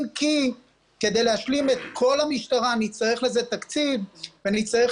אם כי כדי להשלים את כל המשטרה נצטרך לזה תקציב ונצטרך